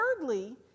thirdly